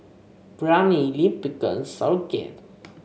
Biryani Lime Pickle Sauerkraut